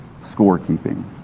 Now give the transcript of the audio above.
scorekeeping